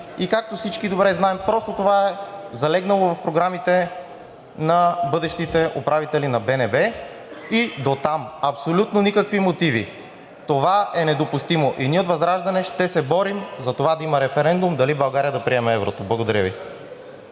и както всички добре знаем, просто това е залегнало в програмите на бъдещите управители на БНБ и дотам – абсолютно никакви мотиви, това е недопустимо. Ние от ВЪЗРАЖДАНЕ ще се борим за това да има референдум дали България да приеме еврото. Благодаря Ви.